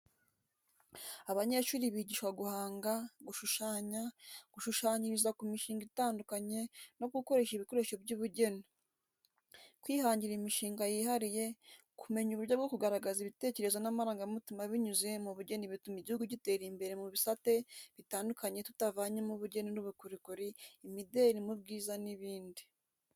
Abanyeshuri bigishwa guhanga, gushushanya, gushushanyiriza ku mishinga itandukanye, no gukoresha ibikoresho by’ubugeni. Kwihangira imishinga yihariye, kumenya uburyo bwo kugaragaza ibitekerezo n’amarangamutima binyuze mu bugeni bituma igihugu gitera imbere mu bisate bitandukanye tutavanyemo ubugeni n'ubukorikori, imideri mu bwiza n'ibindi.